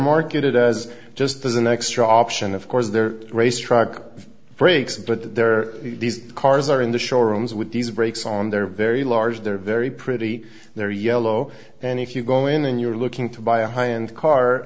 marketed as just as an extra option of course their race truck breaks but their cars are in the showroom as with these brakes on their very large they're very pretty they're yellow and if you go in and you're looking to buy a high end car